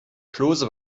klose